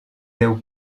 déu